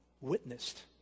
witnessed